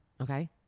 Okay